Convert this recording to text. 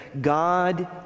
God